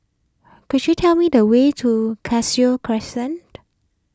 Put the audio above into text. could you tell me the way to Cashew Crescent